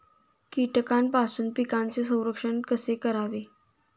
कीटकांपासून पिकांचे संरक्षण कसे करावे?